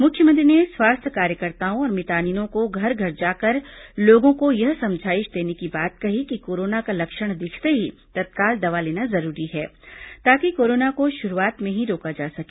मुख्यमंत्री ने स्वास्थ्य कार्यकर्ताओं और मितानिनों को घर घर जाकर लोगों को यह समझाइश देने की बात कही कि कोरोना का लक्षण दिखते हुए तत्काल दवा लेना जरूरी है ताकि कोरोना को शुरूआत में ही रोका जा सके